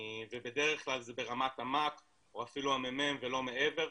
ובדרך כלל זה ברמת המ"כ או אפילו המ"מ ולא מעבר.